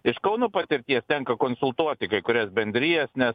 iš kauno patirties tenka konsultuoti kai kurias bendrijas nes